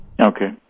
Okay